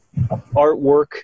artwork